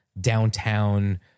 downtown